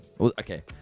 Okay